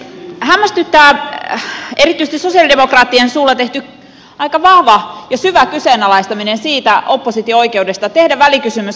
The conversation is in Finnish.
hämmästyttää erityisesti sosialidemokraattien suulla tehty aika vahva ja syvä kyseenalaistaminen opposition oikeudesta tehdä välikysymys ajankohtaisesta asiasta